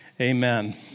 amen